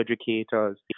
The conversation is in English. educators